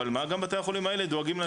אבל גם בתי החולים האלה דואגים,